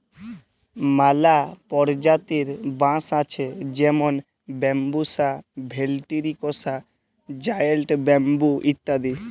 ম্যালা পরজাতির বাঁশ আছে যেমল ব্যাম্বুসা ভেলটিরিকসা, জায়েল্ট ব্যাম্বু ইত্যাদি